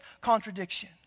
contradiction